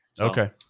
Okay